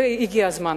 והגיע הזמן.